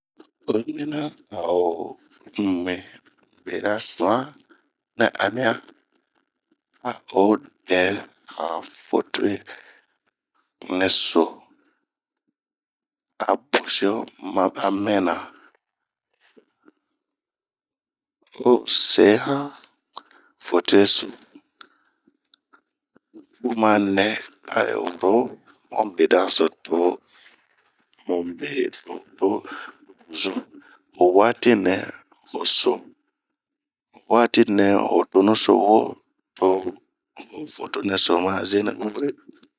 Oyi mina ao min bera nɛɛ anian, a o dɛ fotowe nɛ so a bosio a mɛma, ao se han fotoweso. bun ma nɛ ao yi woro han bedanso, tomu zun ho watinɛ ho tonusowo to ho fotonɛso ma zenibun.